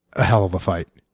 a hell of a fight.